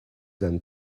than